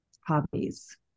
hobbies